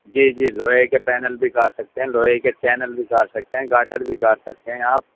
جی جی جو ہے کہ پینل بھی کاٹ سکتے ہیں لوہے کے چینل بھی کاٹ سکتے ہیں گارٹر بھی کاٹ سکتے ہیں آپ